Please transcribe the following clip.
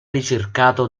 ricercato